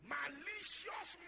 Malicious